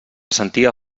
sentia